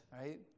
Right